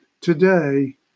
today